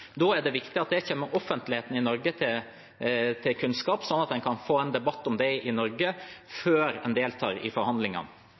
Da er det viktig at det kommer offentligheten i Norge til kunnskap, sånn at en kan få en debatt om det i Norge,